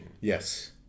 Yes